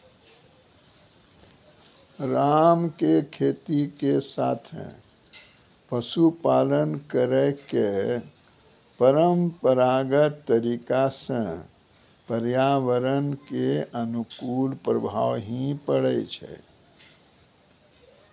राम के खेती के साथॅ पशुपालन करै के परंपरागत तरीका स पर्यावरण कॅ अनुकूल प्रभाव हीं पड़ै छै